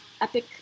epic